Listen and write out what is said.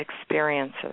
experiences